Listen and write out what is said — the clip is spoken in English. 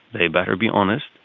they better be honest,